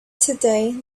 today